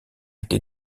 été